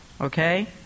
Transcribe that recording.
okay